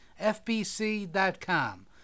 FBC.com